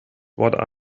what